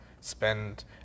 spend